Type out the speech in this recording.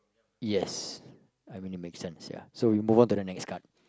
yes I mean it makes sense ya so we move on to the next card